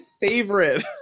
favorite